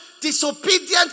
disobedient